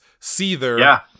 Seether